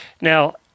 Now